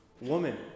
woman